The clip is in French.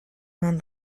vingt